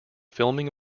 filming